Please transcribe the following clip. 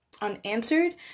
unanswered